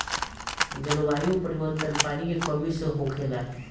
जलवायु परिवर्तन, पानी के कमी से होखेला